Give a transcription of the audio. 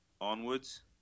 onwards